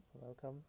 welcome